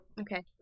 Okay